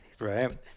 Right